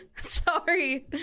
Sorry